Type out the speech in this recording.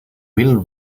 will